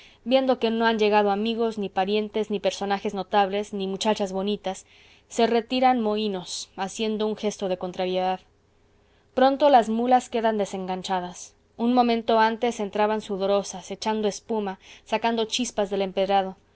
viendo que no han llegado amigos ni parientes ni personajes notables ni muchachas bonitas se retiran mohínos haciendo un gesto de contrariedad pronto las mulas quedan desenganchadas un momento antes entraban sudorosas echando espuma sacando chispas del empedrado